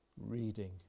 reading